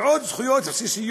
ועוד זכויות בסיסיות,